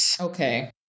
Okay